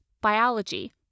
biology